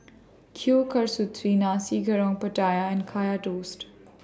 Kueh Kasturi Nasi Goreng Pattaya and Kaya Toast